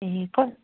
ए कस्